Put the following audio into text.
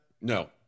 No